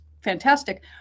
fantastic